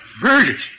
Murdered